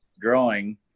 growing